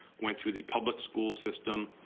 went through the public school system,